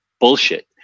bullshit